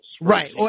Right